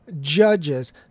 judges